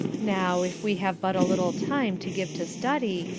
now, if we have but a little time to give to study,